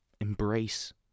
embrace